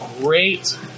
great